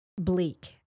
bleak